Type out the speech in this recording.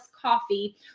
coffee